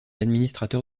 administrateur